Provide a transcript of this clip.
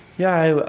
yeah,